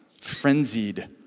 frenzied